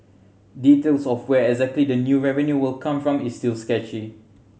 details of where exactly the new revenue will come from is still sketchy